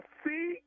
see